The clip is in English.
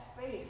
faith